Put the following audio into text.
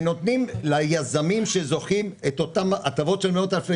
ונותנים ליזמים שזוכים את אותם ההטבות של מאות אלפי